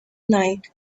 night